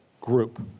group